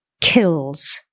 kills